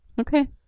Okay